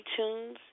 iTunes